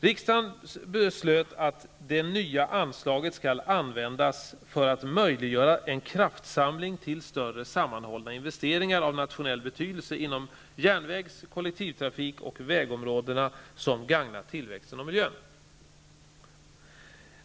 Riksdagen beslöt att ''det nya anslaget skall användas för att möjliggöra en kraftsamling till större sammanhållna investeringar av nationell betydelse inom järnvägs-, kollektivtrafik och vägområdena som gagnar tillväxten och miljön.''